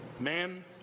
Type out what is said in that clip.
Man